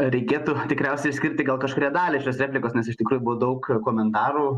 reikėtų tikriausiai skirti gal kažkurią dalį šios replikos nes iš tikrųjų buvo daug komentarų